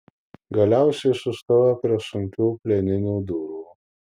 galiausiai sustojo prie sunkių plieninių durų